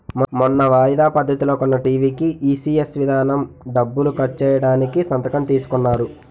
మొన్న వాయిదా పద్ధతిలో కొన్న టీ.వి కీ ఈ.సి.ఎస్ విధానం డబ్బులు కట్ చేయడానికి సంతకం తీసుకున్నారు